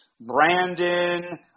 Brandon